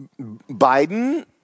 Biden